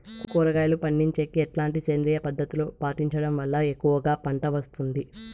కూరగాయలు పండించేకి ఎట్లాంటి సేంద్రియ పద్ధతులు పాటించడం వల్ల ఎక్కువగా పంట వస్తుంది?